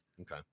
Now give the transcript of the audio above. Okay